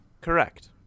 Correct